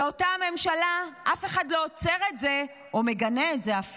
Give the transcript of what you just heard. באותה ממשלה אף אחד לא עוצר את זה או אפילו מגנה את זה.